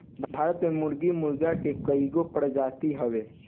भारत में मुर्गी मुर्गा के कइगो प्रजाति हवे